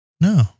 No